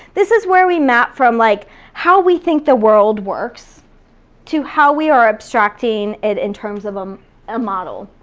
this is where we map from like how we think the world works to how we are abstracting it in terms of um a model.